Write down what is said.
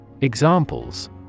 EXAMPLES